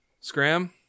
Scram